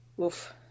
Oof